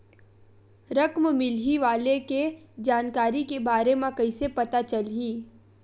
रकम मिलही वाले के जानकारी के बारे मा कइसे पता चलही?